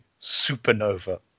supernova